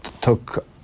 took